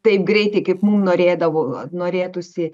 taip greitai kaip mum norėdavo norėtųsi